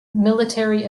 military